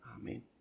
Amen